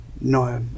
No